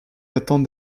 attendre